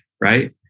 right